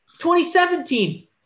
2017